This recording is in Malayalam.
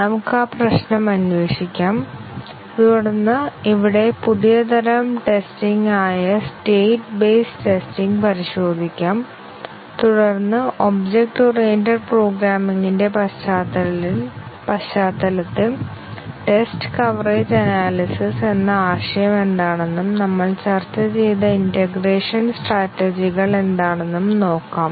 നമുക്ക് ആ പ്രശ്നം അന്വേഷിക്കാം തുടർന്ന് ഇവിടെ പുതിയ തരം ടെസ്റ്റിംഗ് ആയ സ്റ്റേറ്റ് ബേസ്ഡ് ടെസ്റ്റിംഗ് പരിശോധിക്കാം തുടർന്ന് ഒബ്ജക്റ്റ് ഓറിയന്റഡ് പ്രോഗ്രാമിംഗിന്റെ പശ്ചാത്തലത്തിൽ ടെസ്റ്റ് കവറേജ് അനാലിസിസ് എന്ന ആശയം എന്താണെന്നും നമ്മൾ ചർച്ച ചെയ്ത ഇന്റഗ്രേഷൻ സ്ട്രാറ്റജികൾ എന്താണെന്നും നോക്കാം